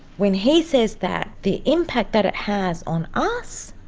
when he says that, the impact that it has on us,